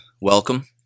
Welcome